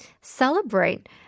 celebrate